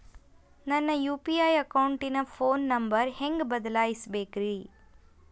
ನನ್ನ ಯು.ಪಿ.ಐ ಅಕೌಂಟಿನ phone number ಹೆಂಗ್ ಬದಲಾಯಿಸ ಬೇಕ್ರಿ?